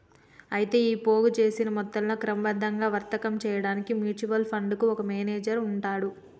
అయితే ఈ పోగు చేసిన మొత్తంతో క్రమబద్ధంగా వర్తకం చేయడానికి మ్యూచువల్ ఫండ్ కు ఒక మేనేజర్ ఉంటాడు